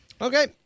Okay